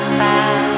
back